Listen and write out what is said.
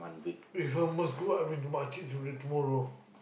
if Hummus cook I bring to my kids you bring tomorrow